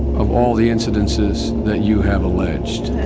of all the incidences that you have alleged.